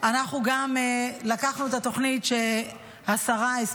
אנחנו גם לקחנו את התוכנית שהשרה לשעבר